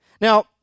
Now